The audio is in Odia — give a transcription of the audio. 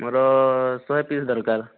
ମୋର ଶହେ ପିସ୍ ଦରକାର